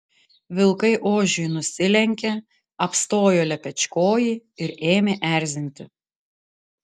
vilkai ožiui nusilenkė apstojo lepečkojį ir ėmė erzinti